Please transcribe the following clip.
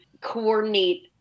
coordinate